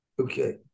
Okay